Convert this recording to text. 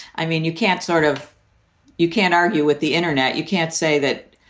i mean, you can't sort of you can't argue with the internet. you can't say that,